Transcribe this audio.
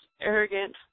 arrogant